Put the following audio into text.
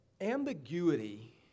Ambiguity